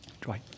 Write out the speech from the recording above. Dwight